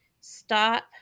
Stop